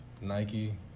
Nike